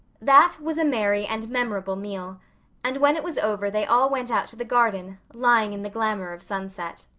that was a merry and memorable meal and when it was over they all went out to the garden, lying in the glamor of sunset.